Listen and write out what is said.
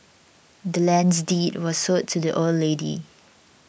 the land's deed was sold to the old lady